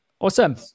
Awesome